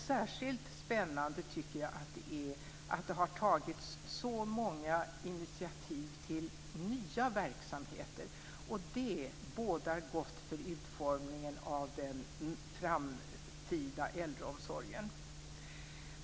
Särskilt spännande är att det har tagits så många initiativ till nya verksamheter. Det bådar gott för utformningen av den framtida äldreomsorgen.